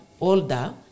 older